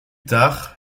tard